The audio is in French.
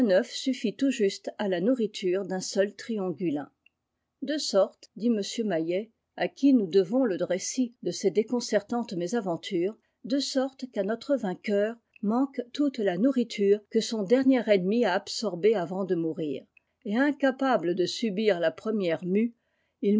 suffit tout juste à la nourriture d'un sf triongulin de sorte dit m mayet àquinc devons le récit de ces déconcertantes mésavc i j les jeunes reines m tures de sorte qu'à notre vainqueur manque toute la nourriture que son dernier ennemi a absorbée avant de mourir et incapable de subir la première